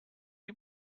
you